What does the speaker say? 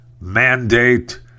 mandate